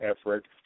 effort